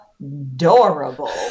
adorable